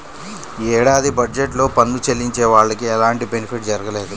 యీ ఏడాది బడ్జెట్ లో పన్ను చెల్లించే వాళ్లకి ఎలాంటి బెనిఫిట్ జరగలేదు